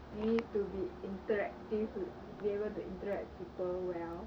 maybe to be interactive be able to interact with people well